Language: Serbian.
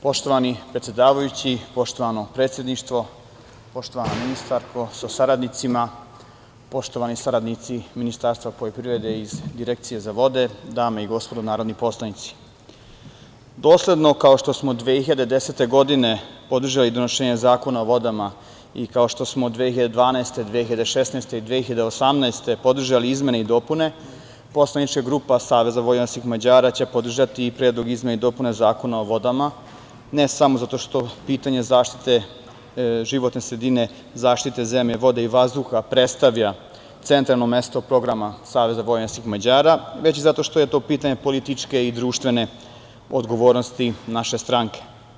Poštovani predsedavajući, poštovano predsedništvo, poštovana ministarko sa saradnicima, poštovani saradnici iz Direkcije za vode, dame i gospodo narodni poslanici, dosledno kao što smo 2010. godine podržali donošenje Zakona o vodama i kao što smo 2012, 2016. i 2018. godine podržali izmene i dopune, poslanička grupa Saveza vojvođanskih Mađara će podržati i Predlog izmene i dopune Zakona o vodama, ne samo zato što pitanje zaštite životne sredine, zaštite zemlje, vode i vazduha predstavlja centralno mesto programa Saveza vojvođanskih Mađara, već zato što je to pitanje političke i društvene odgovornosti naše stranke.